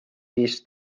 viis